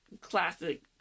classic